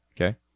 okay